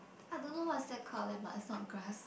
I don't know what's that called leh but is not grass